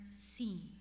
seen